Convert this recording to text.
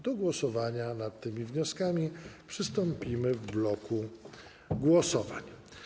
Do głosowania nad tymi wnioskami przystąpimy w bloku głosowań.